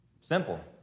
Simple